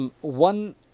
one